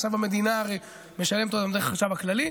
עכשיו המדינה הרי משלמת דרך החשב הכללי,